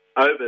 over